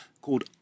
called